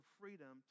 freedom